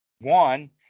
One